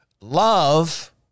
Love